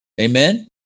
Amen